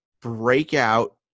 breakout